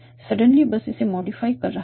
suddenly बस इसे modify कर रहा है